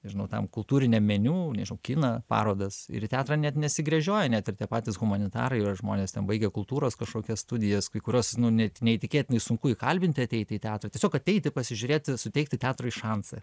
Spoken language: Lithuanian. nežinau ten kultūtiniam meniu nežinau kiną parodas ir į teatrą net nesigręžioja net ir tie patys humanitarai ar žmonės ten baigę kultūros kažkokias studijas kai kurios nu neįti neįtikėtinai sunku įkalbinti ateiti į teatrą tiesiog ateiti pasižiūrėti suteikti teatrui šansą